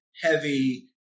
heavy